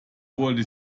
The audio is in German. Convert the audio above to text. wollte